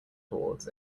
towards